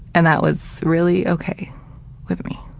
and that was really okay with me.